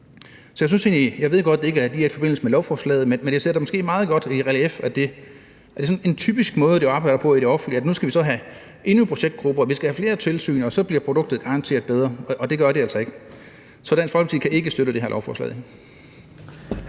Jeg ved godt, det ikke lige er i forbindelse med lovforslaget, men det sætter det måske meget godt i relief, at det er en sådan typisk måde, man arbejder på i det offentlige: Nu skal vi have endnu en projektgruppe, og vi skal have flere tilsyn, og så bliver produktet garanteret bedre. Og det gør det altså ikke. Så Dansk Folkeparti kan ikke støtte det her lovforslag.